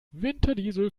winterdiesel